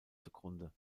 zugrunde